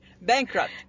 Bankrupt